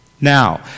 Now